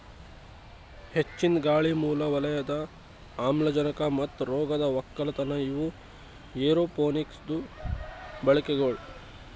ಹೆಚ್ಚಿಂದ್ ಗಾಳಿ, ಮೂಲ ವಲಯದ ಆಮ್ಲಜನಕ ಮತ್ತ ರೋಗದ್ ಒಕ್ಕಲತನ ಇವು ಏರೋಪೋನಿಕ್ಸದು ಬಳಿಕೆಗೊಳ್